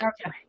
Okay